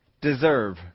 deserve